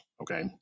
okay